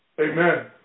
Amen